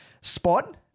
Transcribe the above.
spot